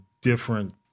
different